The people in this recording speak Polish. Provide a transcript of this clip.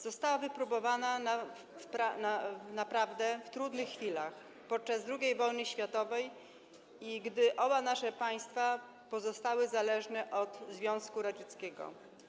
Została wypróbowana w naprawdę trudnych chwilach, podczas II wojny światowej i gdy oba nasze państwa pozostały zależne od Związku Radzieckiego.